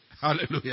Hallelujah